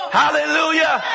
hallelujah